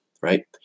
Right